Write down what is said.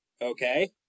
Okay